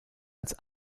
als